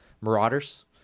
marauders